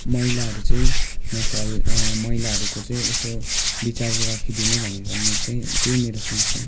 मैलाहरू चाहिँ नफाल मैलाहरूको चाहिँ यसो विचार राखिदिने भनेर म चाहिँ त्यही मेरो सोच छ